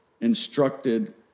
instructed